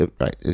right